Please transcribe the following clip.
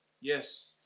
Yes